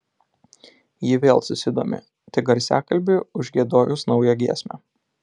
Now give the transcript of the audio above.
ji vėl susidomi tik garsiakalbiui užgiedojus naują giesmę